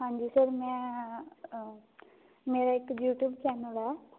ਹਾਂਜੀ ਸਰ ਮੈਂ ਮੇਰਾ ਇੱਕ ਯੂਟਿਊਬ ਚੈਨਲ ਆ